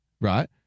right